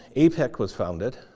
apec was founded.